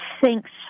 Thanks